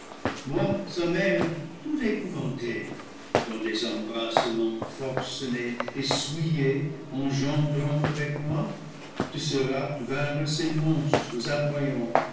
sa mère tout épouvantée dans des embrasseraents forcenés et souillés engendrant avec moi de ce rapt vinrent ces monstres